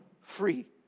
free